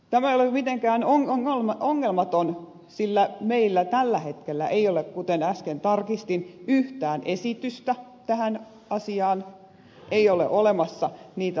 tämä ei ole mitenkään ongelmatonta sillä meillä tällä hetkellä ei ole kuten äsken tarkistin yhtään esitystä tästä asiasta ei ole olemassa niitä lakipykäliä